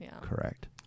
Correct